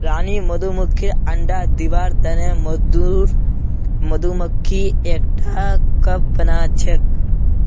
रानी मधुमक्खीक अंडा दिबार तने मजदूर मधुमक्खी एकटा कप बनाछेक